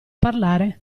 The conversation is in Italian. parlare